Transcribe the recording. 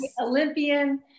Olympian